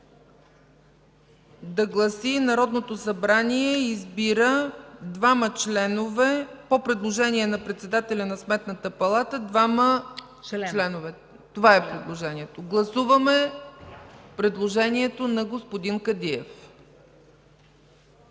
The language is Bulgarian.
да гласи: „Народното събрание избира по предложение на председателя на Сметната палата двама членове”. Това е предложението. Гласуваме предложението на господин Кадиев.